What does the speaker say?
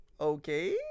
okay